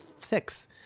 six